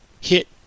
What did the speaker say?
hit